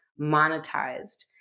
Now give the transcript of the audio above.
monetized